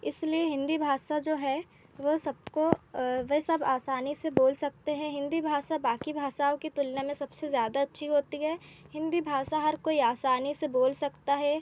इसलिए हिन्दी भाषा जो है वह सबको वह सब आसानी से बोल सकते हैं हिन्दी भाषा बाक़ी भाषाओं की तुलना में सबसे ज़्यादा अच्छी होती है हिन्दी भाषा हर कोई आसानी से बोल सकता है